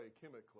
chemically